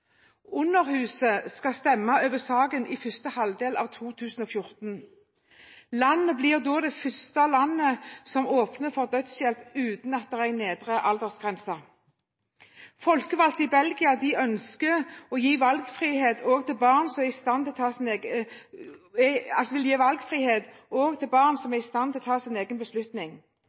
skal stemme over saken i første halvdel av 2014. Landet blir da det første som åpner for dødshjelp uten at det er en nedre aldersgrense. Folkevalgte i Belgia ønsker å gi valgfrihet også til barn som er i stand til å ta en egen beslutning. For å innvilges dødshjelp må ungene ha store smerter, være avskåret fra annen behandling som